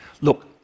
look